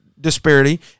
disparity